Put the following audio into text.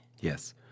Yes